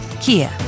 Kia